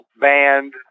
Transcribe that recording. band